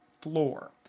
floor